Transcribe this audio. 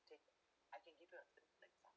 take I can give you a certain example